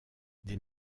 des